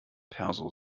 perso